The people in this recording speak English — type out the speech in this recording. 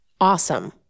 awesome